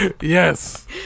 Yes